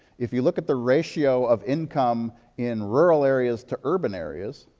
if you look at the ratio of income in rural areas to urban areas,